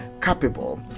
capable